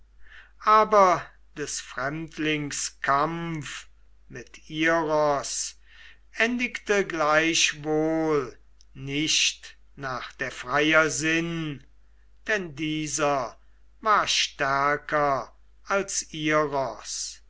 aber des fremdlings kampf mit iros endigte gleichwohl nicht nach der freier sinn denn dieser war stärker als